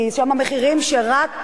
כי שם המחירים שרק,